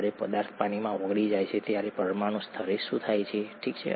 જ્યારે પદાર્થ પાણીમાં ઓગળી જાય ત્યારે પરમાણુ સ્તરે શું થાય છે ઠીક છે